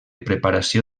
preparació